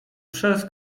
przez